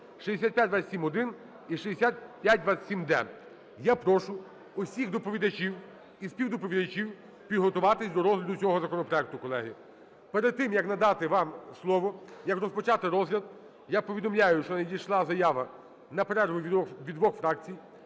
6527-1 і 6527-д). Я прошу усіх доповідачів і співдоповідачів підготуватись до розгляду цього законопроекту, колеги. Перед тим, як надати вам слово, як розпочати розгляд, я повідомляю, що надійшла заява на перерву від двох фракцій: